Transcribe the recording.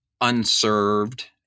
unserved